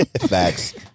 Facts